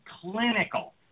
clinical